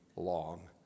long